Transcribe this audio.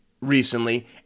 recently